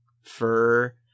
fur